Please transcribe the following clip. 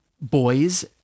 boys